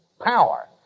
power